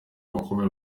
abakobwa